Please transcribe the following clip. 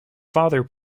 father